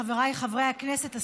חבריי חברי הכנסת,